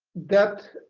that,